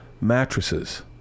Mattresses